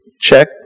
Check